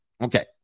Okay